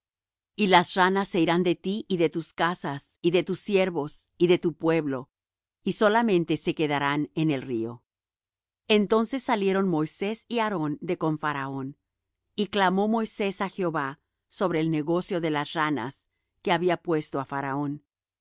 y las ranas se irán de ti y de tus casas y de tus siervos y de tu pueblo y solamente se quedarán en el río entonces salieron moisés y aarón de con faraón y clamó moisés á jehová sobre el negocio de las ranas que había puesto á faraón